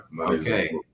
Okay